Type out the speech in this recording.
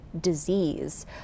disease